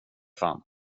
fan